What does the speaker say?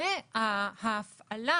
ההפעלה,